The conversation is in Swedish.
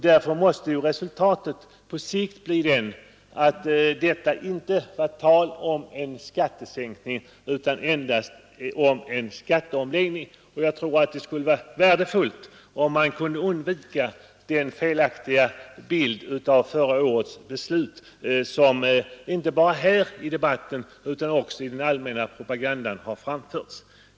Därför blir resultatet på sikt inte skattesänkning, utan endast en skatteomläggning. Jag anser att det skulle vara värdefullt, om man i fortsättningen kunde undvika att framställa denna felaktiga bild av förra årets riksdagsbeslut, inte bara här i kammaren, utan också i den allmänna propaganda som förs.